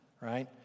right